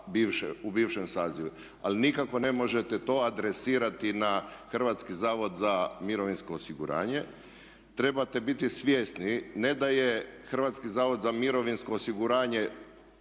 u bivšem sazivu ali nikako ne možete to adresirati na Hrvatski zavod za mirovinsko osiguranje. Trebate biti svjesni ne da je HZMO od različitih naziva nije